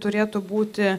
turėtų būti